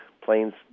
planes